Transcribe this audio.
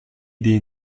des